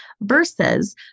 Versus